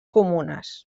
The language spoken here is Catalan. comunes